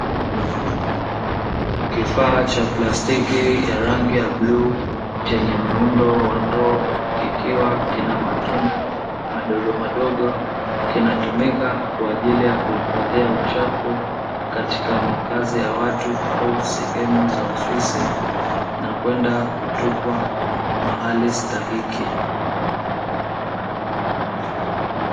Kifaa cha plastiki cha rangi ya bluu chenye muundo wa ndoo kikiwa kina matundu madogomadogo, kinatumika kwa ajili ya kuhifadhia uchafu katika makazi ya watu au sehemu za ofisi na kwenda kutupwa mahali stahiki.